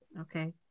Okay